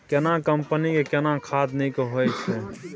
केना कंपनी के केना खाद नीक होय छै?